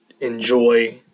enjoy